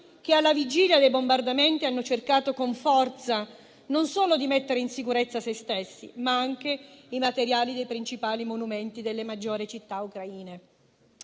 che, alla vigilia dei bombardamenti, hanno cercato con forza non solo di mettere in sicurezza se stessi, ma anche i materiali dei principali monumenti delle maggiori città ucraine.